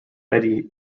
eddie